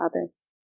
others